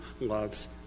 loves